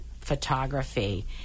Photography